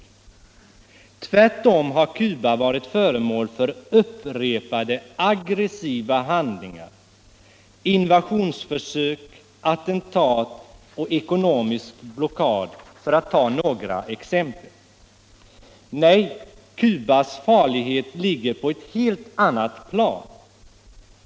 Det är ju tvärtom Cuba som varit föremål för upprepade aggressiva handlingar: invasionsförsök, attentat och ekonomisk blockad, för att ta några exempel. Nej, Cubas farlighet ligger på ett helt annat plan.